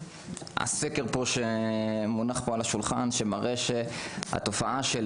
הסקר שמונח פה על השולחן מראה את היקף התופעה של